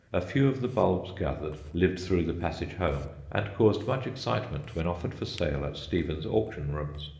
a few of the bulbs gathered lived through the passage home, and caused much excitement when offered for sale at stevens' auction rooms.